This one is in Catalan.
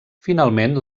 finalment